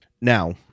Now